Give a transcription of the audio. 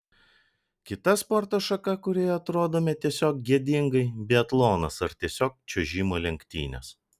kita sporto šaka kurioje atrodome tiesiog gėdingai biatlonas ar tiesiog čiuožimo lenktynės